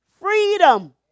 Freedom